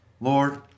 Lord